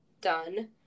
done